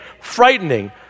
frightening